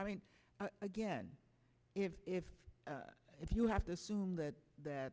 i mean again if if if you have to assume that that